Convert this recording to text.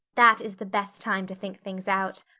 that is the best time to think things out.